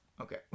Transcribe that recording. Okay